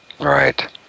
Right